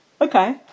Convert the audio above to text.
okay